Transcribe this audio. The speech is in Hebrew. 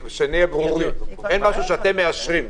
אין משהו שאתם מאשרים.